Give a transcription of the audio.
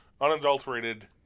unadulterated